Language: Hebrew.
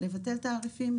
לבטל תעריפים,